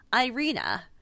Irina